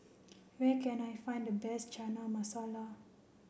where can I find the best Chana Masala